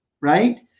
right